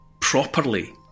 properly